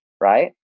right